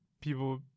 People